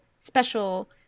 special